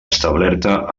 establerta